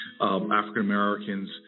African-Americans